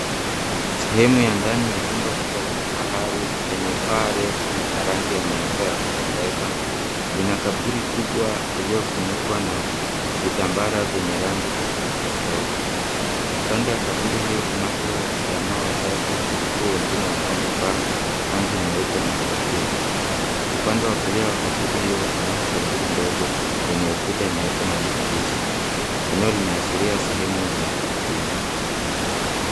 Sehemu ya ndani ya jumba kubwa la kifahari lenye paa refu na ya rangi ya nyeupe ya kupendeza, lina kaburi kubwa iliyofunikwa na vitambara vyenye rangi tofauti tofauti. Kando ya kaburi hiyo kunako jamaa watatu, huku wengine wakiwa wamevaa kanzu nyeupe na kofia. Upande wa kulia wa kaburi hiyo kunako kaburi ndogo lenye ukuta nyeupe na maandishi. Eneo linaashiria sehemu ya makaburini.